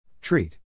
treat